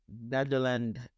Netherlands